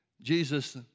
Jesus